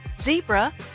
Zebra